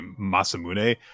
Masamune